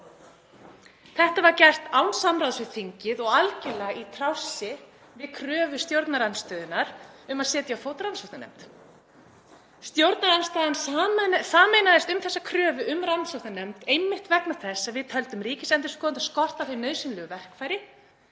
Þetta var gert án samráðs við þingið og algerlega í trássi við kröfu stjórnarandstöðunnar um að setja á fót rannsóknarnefnd. Stjórnarandstaðan sameinaðist um þessa kröfu um rannsóknarnefnd einmitt vegna þess að við töldum ríkisendurskoðanda skorta nauðsynleg verkfæri